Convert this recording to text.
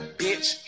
bitch